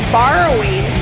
borrowing